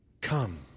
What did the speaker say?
come